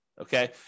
Okay